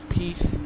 peace